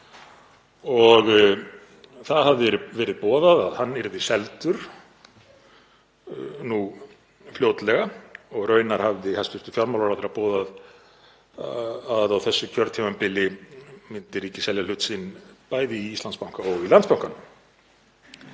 Það hafði verið boðað að hann yrði seldur núna fljótlega og raunar hafði hæstv. fjármálaráðherra boðað að á þessu kjörtímabili myndi ríkið selja hlut sinn bæði í Íslandsbanka og Landsbanka.